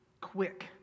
quick